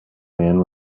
man